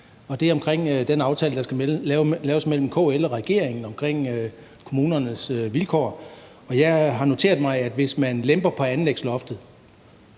det handler om den aftale, der skal laves mellem KL og regeringen, om kommunernes vilkår. Jeg har noteret mig, at hvis man lemper på anlægsloftet